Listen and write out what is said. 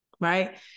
right